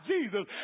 Jesus